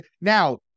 Now